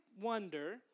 wonder